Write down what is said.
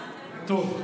טוב,